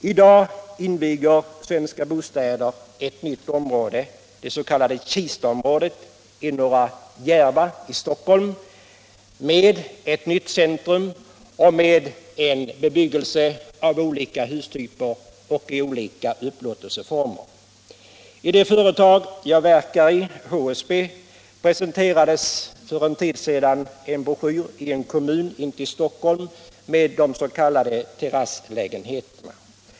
I dag inviger Svenska Bostäder det s.k. Kistaområdet i Norra Järva i Stockholm med ett nytt centrum och med en bebyggelse av olika hustyper och i olika upplåtelseformer. I det företag som jag verkar i — HSB — presenterades för en tid sedan en broschyr i en kommun intill Stockhom med s.k. terasslägenheter.